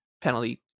penalty